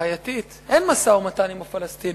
בעייתית: אין משא-ומתן עם הפלסטינים.